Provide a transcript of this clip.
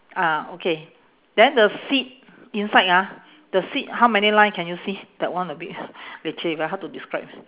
ah okay then the seat inside ah the seat how many line can you see that one a bit leceh very hard to describe